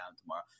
tomorrow